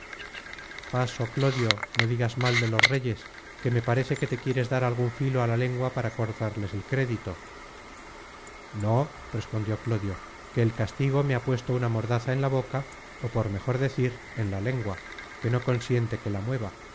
paso clodio no digas mal de los reyes que me parece que te quieres dar algun filo á la lengua para cortarles el crédito no respondió clodio que el castigo me ha puesto una mordaza en la boca ó por mejor decir en la lengua que no consiente que la mueva